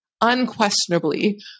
unquestionably